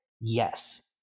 Yes